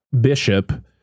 bishop